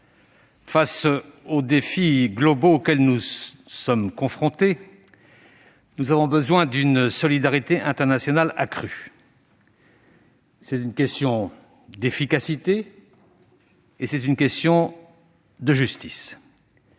face aux défis globaux auxquels nous sommes confrontés, nous avons besoin d'une solidarité internationale accrue. C'est une question d'efficacité et de justice.